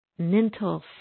mental